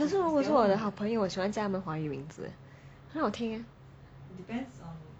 可是如果是我的好朋友我喜欢叫他的华文名字很好听 eh